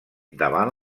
davant